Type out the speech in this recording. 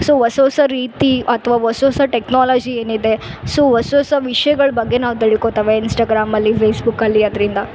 so ಹೊಸ್ ಹೊಸ ರೀತಿ ಅಥ್ವ ಹೊಸ್ ಹೊಸ ಟೆಕ್ನಾಲಜಿ ಏನಿದೆ ಸೊ ಹೊಸ್ ಹೊಸ ವಿಷ್ಯಗಳ ಬಗ್ಗೆ ನಾವು ತಿಳ್ಕೊತೇವೆ ಇನ್ಸ್ಟಗ್ರಾಮಲ್ಲಿ ಫೇಸ್ಬುಕಲ್ಲಿ ಅದ್ರಿಂದ